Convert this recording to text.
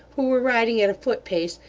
who were riding at a foot-pace,